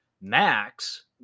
Max